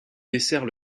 dessert